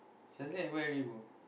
Shazleen at where already bro